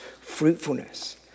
fruitfulness